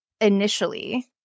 initially